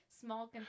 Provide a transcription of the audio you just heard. Small